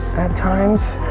at times,